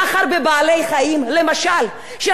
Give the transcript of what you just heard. שאנחנו ניראה כמו מדינה דמוקרטית?